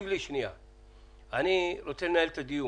אני רוצה לנהל את הדיון.